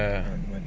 ya